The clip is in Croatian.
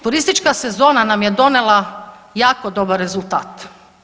Turistička sezona nam je donela jako dobar rezultat.